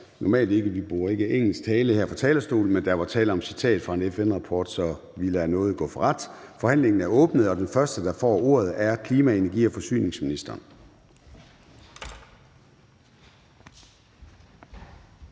normalt ikke engelsk tale her på talerstolen, men der var tale om et citat fra en FN-rapport, så vi lader nåde gå for ret. Forhandlingen er åbnet, og den første, der får ordet, er klima-, energi- og forsyningsministeren.